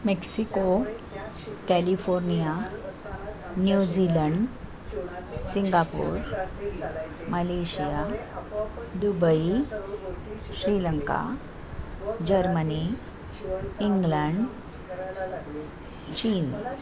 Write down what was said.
Mexico California New Zealand Singapore Malaysia Dubai Sri Lanka Germany England चीन